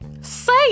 say